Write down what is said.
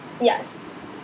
yes